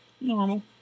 normal